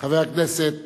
חבר הכנסת